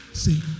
See